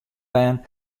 bern